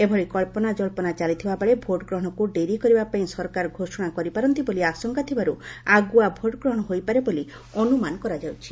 ଏଭଳି କ୍ସନାଜବ୍ଧନା ଚାଲିଥିଲାବେଳେ ଭୋଟଗ୍ରହଣକୁ ଡେରି କରିବା ପାଇଁ ସରକାର ଘୋଷଣା କରିପାରନ୍ତି ବୋଲି ଆଶଙ୍କା ଥିବାରୁ ଆଗୁଆ ଭୋଟଗ୍ରହଣ ହୋଇପାରେ ବୋଲି ଅନୁମାନ କରାଯାଉଛି